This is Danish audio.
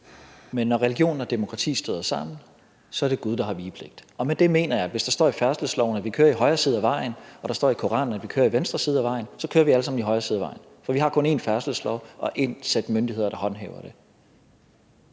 men når religion og demokrati støder sammen, så er det Gud, der har vigepligt, og med det mener jeg, at hvis der står i færdselsloven, at vi kører i højre side af vejen, og der står i Koranen, at vi kører i venstre side af vejen, så kører vi alle sammen i højre side af vejen, for vi har kun én færdselslov og ét sæt myndigheder, der håndhæver den.